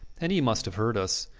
and he must have heard us.